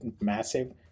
massive